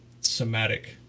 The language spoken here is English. somatic